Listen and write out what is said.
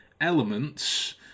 elements